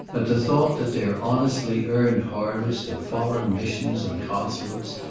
at the thought that their honestly earned harvest of foreign missions and consulates,